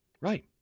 Right